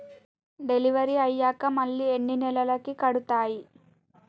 Delivery అయ్యాక మళ్ళీ ఎన్ని నెలలకి కడుతాయి?